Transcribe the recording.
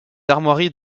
armoiries